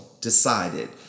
decided